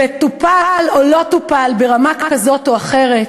וטופלו או לא טופלו ברמה כזאת או אחרת,